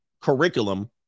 curriculum